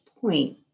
point